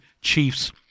Chiefs